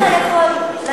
איך אתה יכול לדעת?